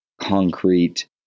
concrete